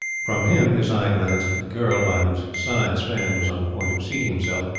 from him his eye glanced at the girl by whose side sweyn was on the point of seating himself,